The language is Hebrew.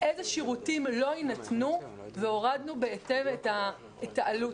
אילו שירותים לא יינתנו והורדנו בהתאם את העלות.